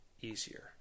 easier